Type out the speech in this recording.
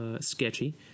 sketchy